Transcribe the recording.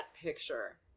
picture